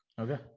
okay